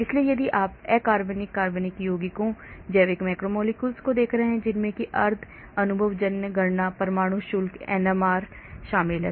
इसलिए यदि आप अकार्बनिक कार्बनिक यौगिकों जैविक मैक्रोमॉलक्यूल्स को देख रहे हैं जिसमें अर्ध अनुभवजन्य गणना परमाणु शुल्क NMR शामिल हैं